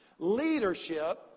Leadership